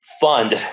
fund